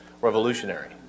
revolutionary